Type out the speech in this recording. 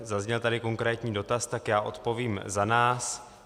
Zazněl tady konkrétní dotaz, tak já odpovím za nás.